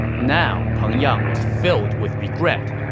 now, peng yang was filled with regret,